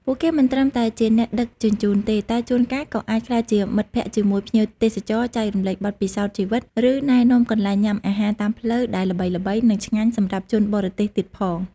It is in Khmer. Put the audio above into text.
ពួកគេមិនត្រឹមតែជាអ្នកដឹកជញ្ជូនទេ តែជួនកាលក៏អាចក្លាយជាមិត្តភក្តិជាមួយភ្ញៀវទេសចរ ចែករំលែកបទពិសោធន៍ជីវិត ឬណែនាំកន្លែងញ៉ាំអាហារតាមផ្លូវដែលល្បីៗ និងឆ្ងាញ់សម្រាប់ជនបរទេសទៀតផង។